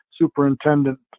superintendent